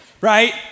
Right